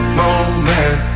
moment